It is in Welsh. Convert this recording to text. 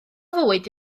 fwyd